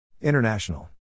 International